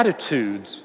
attitudes